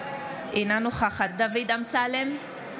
אינה נוכחת דוד אמסלם,